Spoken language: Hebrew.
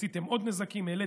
עשיתם עוד נזקים,